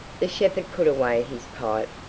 the shepherd put away his pipe,